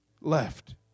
left